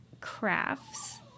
crafts